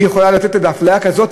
היא יכולה לעשות עוד אפליה כזאת?